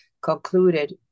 concluded